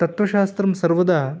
तत्वशास्त्रं सर्वदा